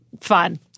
fun